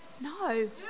no